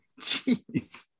Jeez